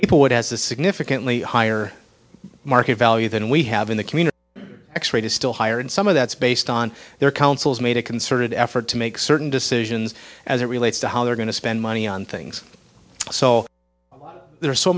people would as a significantly higher market value than we have in the community x rated still higher and some of that's based on their councils made a concerted effort to make certain decisions as it relates to how they're going to spend money on things so there